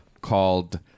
called